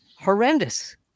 horrendous